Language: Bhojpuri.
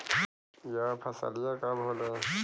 यह फसलिया कब होले?